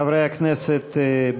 חברי הכנסת,